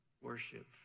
worship